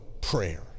prayer